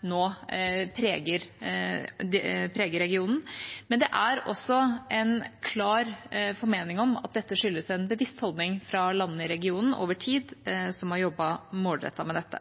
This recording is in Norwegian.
nå preger regionen, men det er også en klar formening om at dette skyldes en bevisst holdning fra landene i regionen over tid, som har jobbet målrettet med dette.